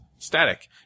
Static